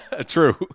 True